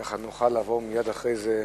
ככה נוכל לעבור מייד אחרי זה לסיכום.